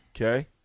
Okay